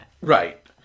Right